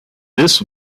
this